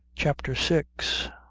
chapter six.